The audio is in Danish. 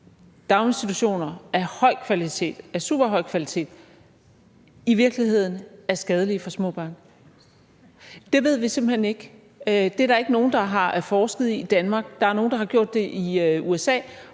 daginstitutioner af høj kvalitet, af superhøj kvalitet, i virkeligheden er skadelige for små børn? Det ved vi simpelt hen ikke. Det er der ikke er nogen der har forsket i i Danmark. Der er nogle, der har gjort det i USA,